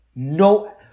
No